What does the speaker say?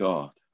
God